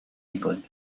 england